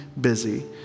busy